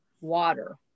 water